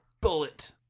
bullet